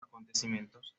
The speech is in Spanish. acontecimientos